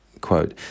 quote